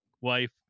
wife